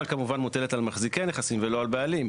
כמובן מוטלת על מחזיקי הנכסים ולא על בעלים.